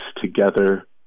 together